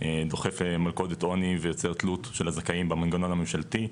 דוחף מלכודת עוני ויוצר תלות של הזכאים במנגנון הממשלתי.